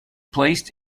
placed